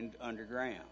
underground